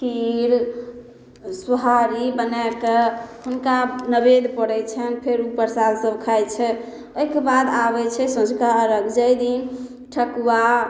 खीर सोहारी बनायकऽ हुनका नवेद्य पड़य छनि फेर उ प्रसाद सभ खाइ छै ओइके बाद आबय छै सँझुका अर्घ जइ दिन ठेकुआ